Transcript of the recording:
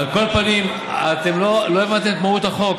על כל פנים, אתם לא הבנתם את מהות החוק.